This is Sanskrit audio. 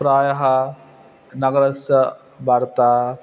प्रायः नगरस्य वार्ता